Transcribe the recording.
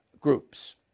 groups